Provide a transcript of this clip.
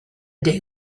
day